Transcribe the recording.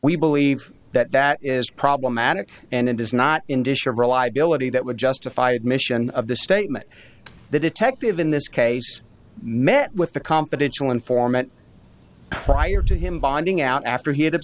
we believe that that is problematic and it is not indicia of reliability that would justify admission of the statement the detective in this case met with the confidential informant prior to him bonding out after he had